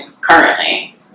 currently